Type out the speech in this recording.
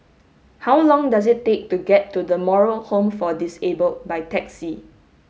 how long does it take to get to The Moral Home for Disabled by taxi